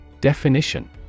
Definition